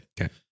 Okay